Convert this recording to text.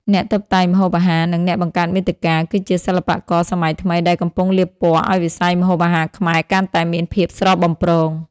អ្នកតុបតែងម្ហូបអាហារ និងអ្នកបង្កើតមាតិកា គឺជាសិល្បករសម័យថ្មីដែលកំពុងលាបពណ៌ឱ្យវិស័យម្ហូបអាហារខ្មែរកាន់តែមានភាពស្រស់បំព្រង។